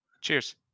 Cheers